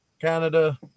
Canada